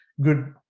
good